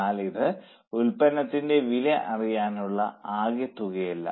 എന്നാൽ ഇത് ഉൽപ്പന്നത്തിന്റെ വില അറിയാനുള്ള ആകെത്തുകയല്ല